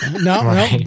No